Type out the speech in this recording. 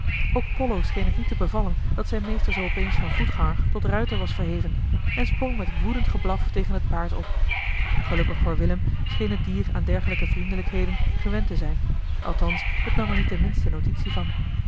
pollo scheen het niet te bevallen dat zijn meester zoo opeens van voetganger tot ruiter was verheven en sprong met woedend geblaf tegen het paard op gelukkig voor willem scheen het dier aan dergelijke vriendelijkheden gewend te zijn althans het nam er niet de minste notitie van